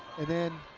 and then